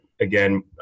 again